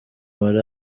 muri